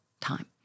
time